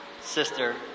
sister